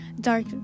dark